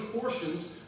portions